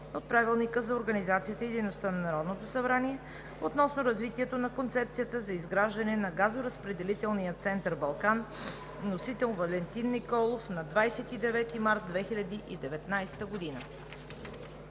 от Правилника за организацията и дейността на Народното събрание относно развитието на концепцията за изграждане на газоразпределителния център „Балкан“. Вносител е Валентин Николов на 29 март 2019 г.